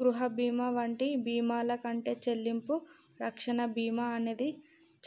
గృహ బీమా వంటి బీమాల కంటే చెల్లింపు రక్షణ బీమా అనేది